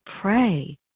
pray